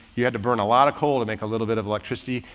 you had to burn a lot of coal and make a little bit of electricity.